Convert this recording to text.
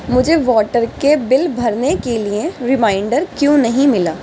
مجھے واٹر کے بل بھرنے کے لیے ریمائنڈر کیوں نہیں ملا